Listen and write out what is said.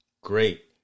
great